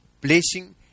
blessing